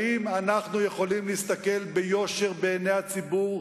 האם אנחנו יכולים להסתכל ביושר בעיני הציבור,